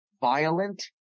Violent